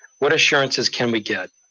what assurances can we get?